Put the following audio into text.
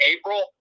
April